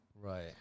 Right